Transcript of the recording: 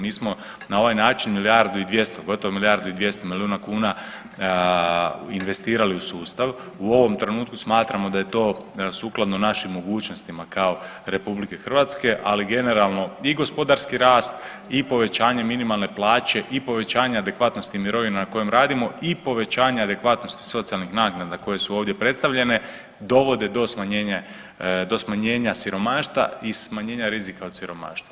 Mi smo na ovaj način milijardu i 200, gotovo milijardu i 200 milijuna kuna investirali u sustav u ovom trenutku smatramo da je to sukladno našim mogućnostima kao RH, ali generalno i gospodarski rast i povećanje minimalne plaće i povećanje adekvatnosti mirovina na kojim radimo i povećanje adekvatnosti socijalnih naknada koje su ovdje predstavljene dovode do smanjenja siromaštva i smanjenja rizika od siromaštva.